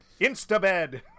Instabed